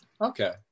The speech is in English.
Okay